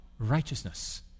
Righteousness